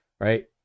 right